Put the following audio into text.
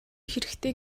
хэрэгтэй